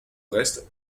reste